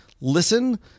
listen